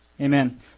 Amen